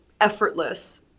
effortless